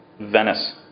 Venice